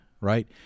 right